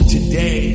Today